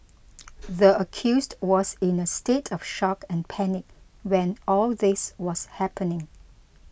the accused was in a state of shock and panic when all this was happening